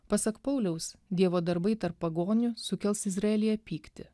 pasak pauliaus dievo darbai tarp pagonių sukels izraelyje pyktį